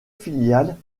filiale